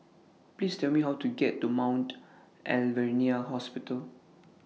Please Tell Me How to get to Mount Alvernia Hospital